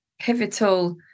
pivotal